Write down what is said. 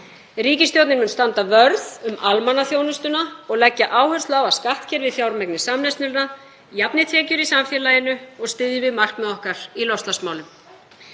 Ríkisstjórnin mun standa vörð um almannaþjónustuna og leggja áherslu á að skattkerfið fjármagni samneysluna, jafni tekjur í samfélaginu og styðji við markmið okkar í loftslagsmálum.